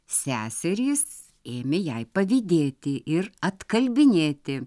seserys ėmė jai pavydėti ir atkalbinėti